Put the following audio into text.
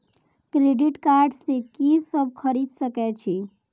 Credit card से की सब खरीद सकें छी?